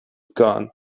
gone